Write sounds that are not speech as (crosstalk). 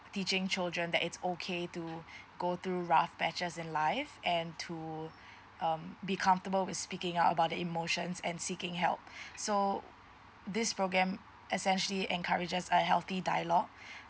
teaching children that it's okay to (breath) go through rough patches in life and to (breath) um be comfortable with speaking out about the emotions and seeking help (breath) so this program essentially encourages a healthy dialogue (breath)